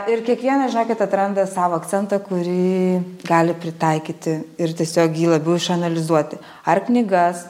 ir kiekvienas žinokit atranda savo akcentą kurį gali pritaikyti ir tiesiog jį labiau išanalizuoti ar knygas